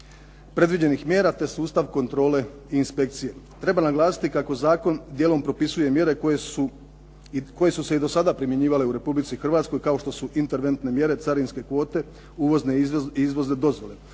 predviđenih mjera te sustav kontrole i inspekcije. Treba naglasiti kako zakon dijelom propisuje mjere koje su se i do sada primjenjivale u Republici Hrvatskoj kao što su interventne mjere, carinske kvote, uvozne i izvozne dozvole.